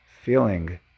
feeling